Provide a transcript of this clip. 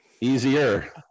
Easier